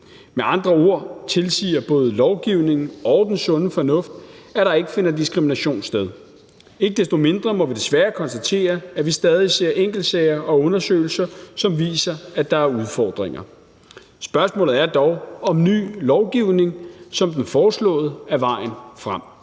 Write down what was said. Med andre ord tilsiger både lovgivningen og den sunde fornuft, at der ikke finder diskrimination sted. Ikke desto mindre må vi desværre konstatere, at vi stadig ser enkeltsager og undersøgelser, som viser, at der er udfordringer. Spørgsmålet er dog om ny lovgivning, som den foreslåede, er vejen frem.